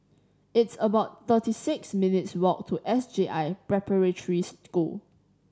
it's about thirty six minutes' walk to S J I Preparatory School